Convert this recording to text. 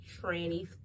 trannies